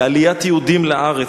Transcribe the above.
לעליית יהודים לארץ,